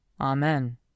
Amen